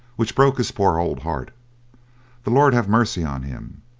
which broke his poor old heart the lord have mercy on him.